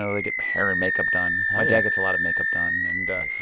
so they get hair and makeup done. my dad gets a lot of makeup done. and.